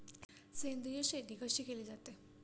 सेंद्रिय शेती कशी केली जाते?